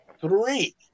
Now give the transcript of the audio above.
three